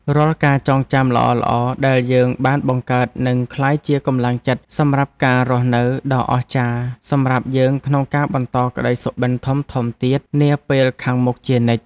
រាល់ការចងចាំល្អៗដែលយើងបានបង្កើតនឹងក្លាយជាកម្លាំងចិត្តសម្រាប់ការរស់នៅដ៏អស្ចារ្យសម្រាប់យើងក្នុងការបន្តក្ដីសុបិនធំៗទៀតនាពេលខាងមុខជានិច្ច។